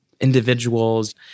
individuals